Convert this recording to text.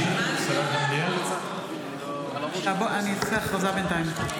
--- אם כן, הודעה.